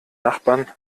nachbarn